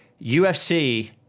UFC